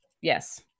Yes